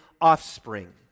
offspring